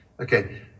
okay